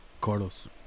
Carlos